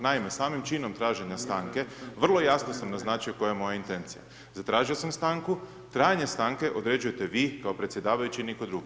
Naime, samim činom traženjem stanke, vrlo jasno sam naznačio koja je moja intencija, zatražio sam stanku, krajnje stanke određujete vi, kao predsjedavajući i nitko drugi.